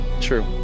True